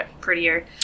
prettier